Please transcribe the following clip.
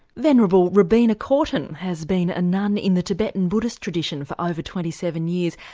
venerable robina courtin has been a nun in the tibetan buddhist tradition for over twenty seven years.